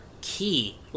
key